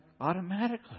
automatically